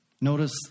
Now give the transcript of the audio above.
Notice